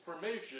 permission